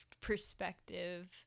perspective